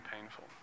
painful